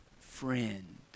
friend